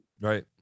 right